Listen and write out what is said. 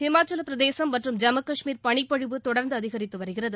இமாச்சலப்பிரதேசம் மற்றும் ஜம்மு கஷ்மீர் பளிப்பொழிவு தொடர்ந்து அதிகரித்து வருகிறது